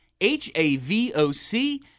H-A-V-O-C